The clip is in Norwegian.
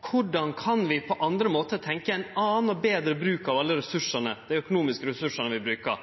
Korleis kan vi på andre måtar tenkje oss ein annan og betre bruk av alle dei økonomiske ressursane vi bruker?